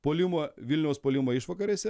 puolimo vilniaus puolimo išvakarėse